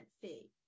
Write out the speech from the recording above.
fee